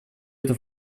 это